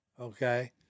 okay